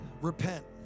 Repent